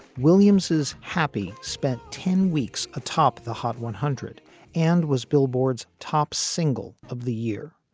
williams is happy spent ten weeks atop the hot one hundred and was billboard's top single of the year.